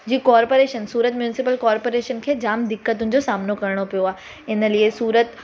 जी corporation Surat municipal corporation खे जाम दिकतुनि जो सामनो करिणो पियो आहे इन लाइ सूरत